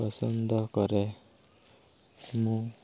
ପସନ୍ଦ କରେ ମୁଁ